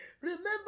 Remember